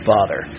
Father